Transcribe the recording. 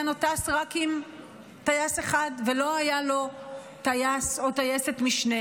מוטס רק עם טייס אחד ולא היה לו טייס או טייסת משנה,